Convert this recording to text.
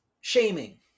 shaming